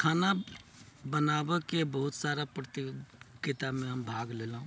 खाना बनाबऽके बहुत सारा प्रतियोगितामे हम भाग लेलहुँ